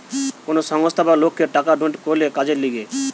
কোন সংস্থা বা লোককে টাকা ডোনেট করলে কাজের লিগে